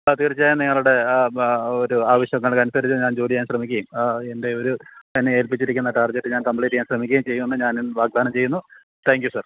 ആ തീർച്ചയായും നിങ്ങളുടെ ഒരു ആവശ്യങ്ങൾക്കനുസരിച്ച് ഞാൻ ജോലി ചെയ്യാൻ ശ്രമിക്കേം എൻ്റെ ഒരു എന്നെ ഏൽപ്പിച്ചിരിക്കുന്ന ടാർജെറ്റ് ഞാൻ കംപ്ലീറ്റ് ചെയ്യാൻ ശ്രമിക്കയും ചെയ്യുമെന്ന് ഞാനും വാഗ്ദാനം ചെയ്യുന്നു താങ്ക് യൂ സാർ